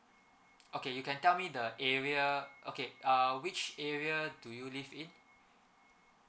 okay you can tell me the area okay err which area do you live in